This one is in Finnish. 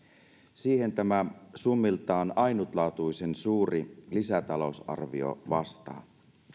siihen tämä summiltaan ainutlaatuisen suuri lisätalousarvio vastaa